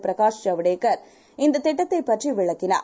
Prakash Javadekar இந்ததிட்டத்தைப்பற்றிவிளக்கினார்